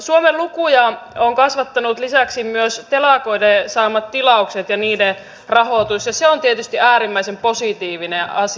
suomen lukuja ovat kasvattaneet lisäksi myös telakoiden saamat tilaukset ja niiden rahoitus ja se on tietysti äärimmäisen positiivinen asia